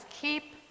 keep